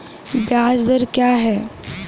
ब्याज दर क्या है?